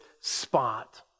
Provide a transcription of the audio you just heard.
spot